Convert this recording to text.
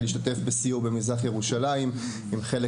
להשתתף בסיור במזרח ירושלים עם קבוצה של כמה חברי כנסת,